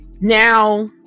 Now